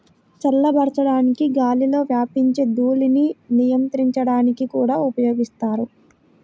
చల్లబరచడానికి గాలిలో వ్యాపించే ధూళిని నియంత్రించడానికి కూడా ఉపయోగిస్తారు